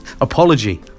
apology